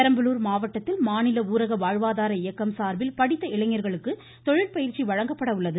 பெரம்பலூர் மாவட்டத்தில் மாநில ஊரக வாழ்வாதார இயக்கம் சார்பில் படித்த இளைஞர்களுக்கு தொழில் பயிற்சி வழங்கப்பட உள்ளது